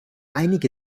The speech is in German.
einige